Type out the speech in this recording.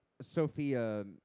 Sophia